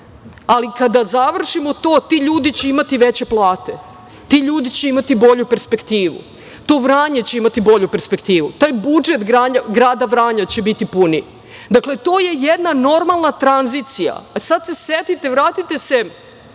Kada završimo to, ti ljudi će imati veće plate, ti ljudi će imati bolju perspektivu. To Vranje će imati bolju perspektivu. Taj budžet grada Vranja će biti puniji. Dakle, to je jedna normalna tranzicija. Sad se setite i vratite se